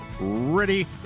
ready